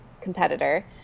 competitor